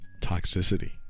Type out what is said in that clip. toxicity